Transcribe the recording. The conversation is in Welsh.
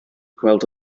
gweld